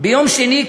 ביום שני,